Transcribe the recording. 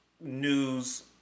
news